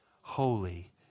Holy